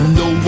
no